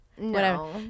No